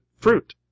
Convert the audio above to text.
fruit